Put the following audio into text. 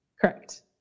Correct